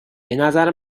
بنظر